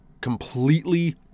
completely